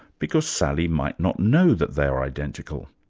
because sally might not know that they're identical.